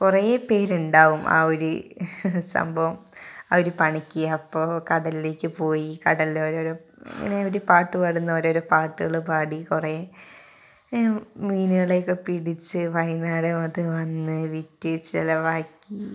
കുറേ പേര് ഉണ്ടാവും ആ ഒരു സംഭവം ആ ഒരു പണിക്ക് അപ്പോൾ കടലിലേക്ക് പോയി കടലിൽ ഓരോ ഓരോ ഇങ്ങനെ അവർ പാട്ട് പാടുന്ന ഓരോ പാട്ടുകൾ പാടി കുറേ മീനുകളെയൊക്കെ പിടിച്ചു വൈകുന്നേരം അത് വന്നു വിറ്റ് ചിലവാക്കി